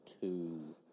two